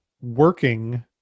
working